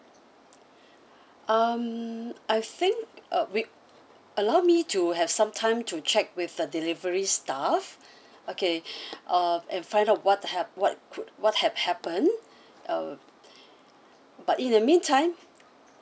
um I think uh we allow me to have some time to check with the delivery staff okay uh and find out what happ~ what could what had happen uh but in the meantime